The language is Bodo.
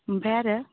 ओमफ्राय आरो